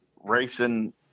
racing